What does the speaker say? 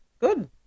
good